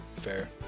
fair